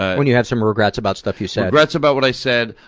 when you have some regrets about stuff you said? regrets about what i said,